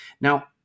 Now